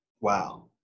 Wow